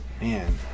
Man